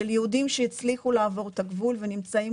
של יהודים שהצליחו לעבור את הגבול ונמצאים